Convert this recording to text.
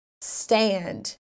stand